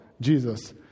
Jesus